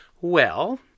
Well